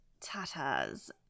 tatas